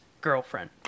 girlfriend